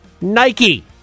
Nike